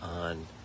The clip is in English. on